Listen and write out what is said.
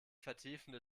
vertiefende